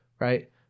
right